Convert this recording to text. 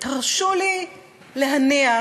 תרשו לי להניח